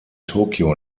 tokio